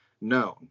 known